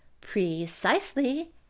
Precisely